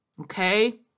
okay